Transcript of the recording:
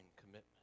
commitment